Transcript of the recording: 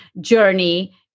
journey